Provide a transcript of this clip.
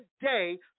day